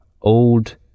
old